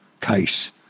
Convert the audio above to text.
case